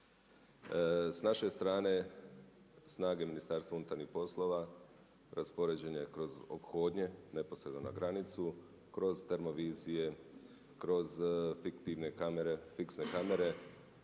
S naše strane snage Ministarstva unutarnjih poslova raspoređene kroz ophodnje neposredno na granicu, kroz termovizije, kroz fiktivne kamere, fiksne kamere